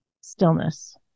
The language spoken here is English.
stillness